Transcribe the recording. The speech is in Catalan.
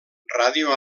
ràdio